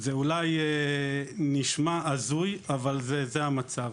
זה אולי נשמע הזוי, אבל זה המצב.